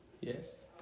yes